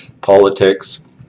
politics